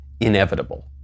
inevitable